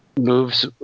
moves